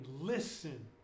listen